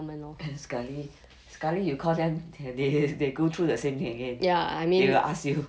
sekali sekali you call them they go through the same thing again they will ask you